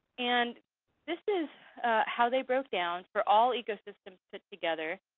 and this is how they broke down, for all ecosystems put together,